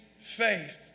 faith